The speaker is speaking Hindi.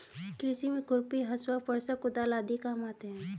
कृषि में खुरपी, हँसुआ, फरसा, कुदाल आदि काम आते है